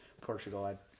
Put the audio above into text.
Portugal